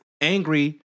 angry